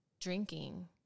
drinking